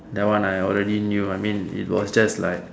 that one I already knew I mean it was just like